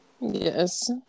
Yes